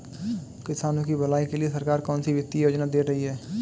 किसानों की भलाई के लिए सरकार कौनसी वित्तीय योजना दे रही है?